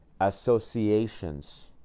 associations